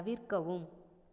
தவிர்க்கவும்